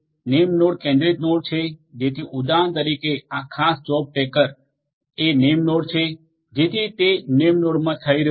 namenode કેન્દ્રિત node છે જેથી ઉદાહરણ તરીકે આ ખાસ જોબ ટ્રેકર એ નેમનાોડ છે જેથી તે નેમનાોડમાં થઈ રહ્યું છે